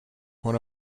one